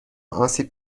آسیب